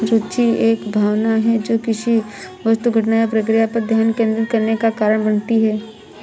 रूचि एक भावना है जो किसी वस्तु घटना या प्रक्रिया पर ध्यान केंद्रित करने का कारण बनती है